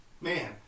Man